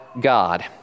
God